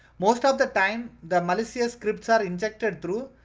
most of the time, the malicious scripts are injected through.